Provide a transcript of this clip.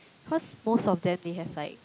cause most of them they have like